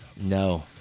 No